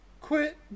quit